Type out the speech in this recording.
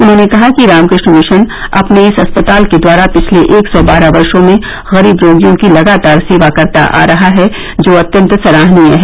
उन्होंने कहा कि रामकृष्ण भिशन अपने इस अस्पताल के द्वारा पिछले एक सौ बारह वर्षों से गरीब रोगियों की लगातार सेवा करता आ रहा है जो अत्यंत सराहनीय है